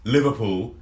Liverpool